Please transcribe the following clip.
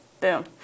Boom